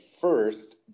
first